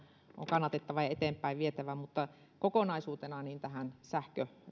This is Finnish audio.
on kannatettava ja eteenpäin vietävä mutta kokonaisuutena tähän